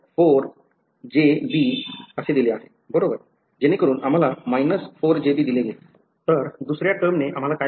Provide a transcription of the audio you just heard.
4jb बरोबर जेणेकरून आम्हाला 4jb दिले गेले दुसऱ्या टर्मने आम्हाला दिले